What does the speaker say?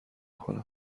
کنیم